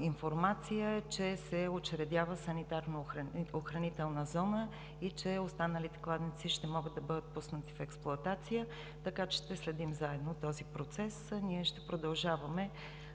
информация, е, че се учредява санитарно-охранителна зона и останалите кладенци ще могат да бъдат пуснати в експлоатация, така че ще следим заедно този процес. Ние ще продължаваме